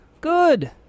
Good